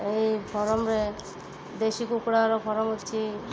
ଏଇ ଫାର୍ମରେ ଦେଶୀ କୁକୁଡ଼ାର ଫାର୍ମ ଅଛି